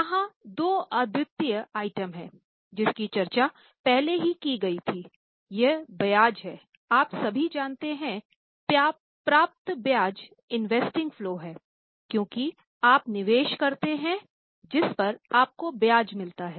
यहाँ दो अद्वितीय आइटम हैं जिसकी चर्चा पहले की गई थी यह ब्याज हैआप सभी जानते हैं प्राप्त ब्याज इन्वेस्टिंग फलो है